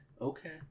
Okay